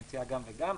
היא מציעה גם וגם.